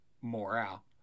morale